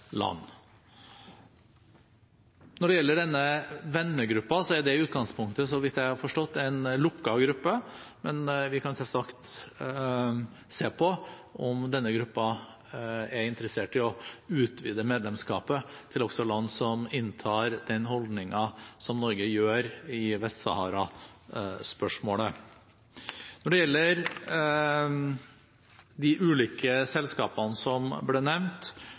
land. Når det gjelder denne vennegruppen, er den i utgangspunktet, så vidt jeg har forstått, en lukket gruppe. Men vi kan selvsagt se på om denne gruppen er interessert i å utvide med medlemskap også i land som inntar den holdningen som Norge gjør i Vest-Sahara-spørsmålet. Når det gjelder de ulike selskapene som ble nevnt,